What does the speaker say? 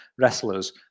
wrestlers